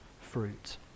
fruit